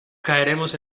caeremos